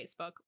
Facebook